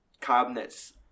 cabinets